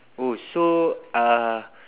oh so uh